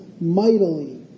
mightily